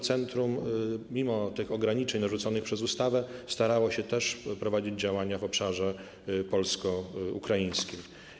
Centrum mimo tych ograniczeń narzuconych przez ustawę starało się też prowadzić działania w obszarze polsko-ukraińskim.